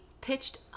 pitched